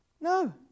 No